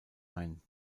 ein